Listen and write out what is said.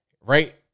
right